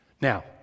Now